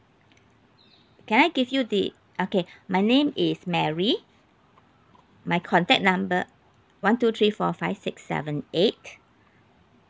can I give you the okay my name is mary my contact number one two three four five six seven eight